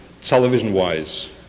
television-wise